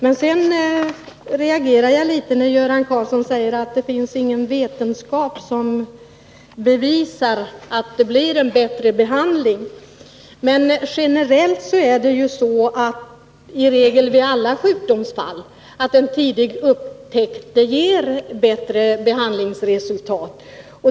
Men jag reagerar när Göran Karlsson säger att det inte finns någon vetenskap som bevisar att man får bättre behandlingsresultat genom mammografiundersökningar. I regel är det ju så vid alla sjukdomar att en tidig upptäckt ger bättre behandlingsresultat.